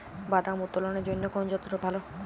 বাদাম উত্তোলনের জন্য কোন যন্ত্র ভালো?